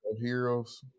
heroes